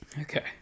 Okay